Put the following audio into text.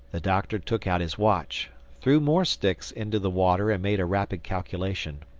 the doctor took out his watch, threw more sticks into the water and made a rapid calculation.